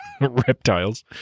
reptiles